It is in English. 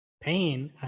pain